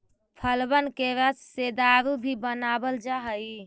फलबन के रस से दारू भी बनाबल जा हई